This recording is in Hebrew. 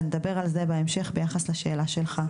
ונדבר על זה בהמשך ביחס לשאלה שלך.